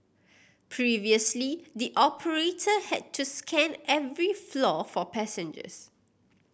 previously the operator had to scan every floor for passengers